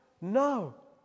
No